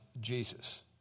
Jesus